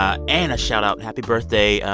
ah and a shoutout. happy birthday,